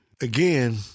Again